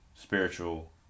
Spiritual